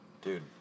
Dude